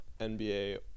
NBA